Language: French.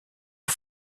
aux